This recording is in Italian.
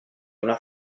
una